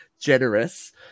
Generous